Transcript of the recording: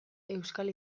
euskal